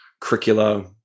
curricula